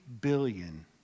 billion